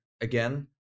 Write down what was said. again